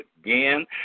Again